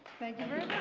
thank you very